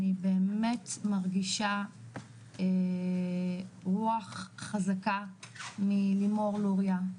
אני באמת מרגישה רוח חזקה מלימור לוריא,